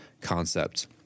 concept